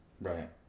Right